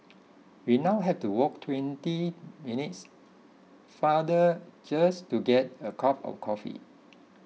we now have to walk twenty minutes farther just to get a cup of coffee